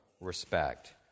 respect